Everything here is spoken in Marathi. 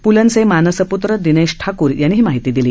पुलंचे मानसपुत्र दिनेश ठाकूर यांनी ही माहिती दिली